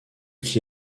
qui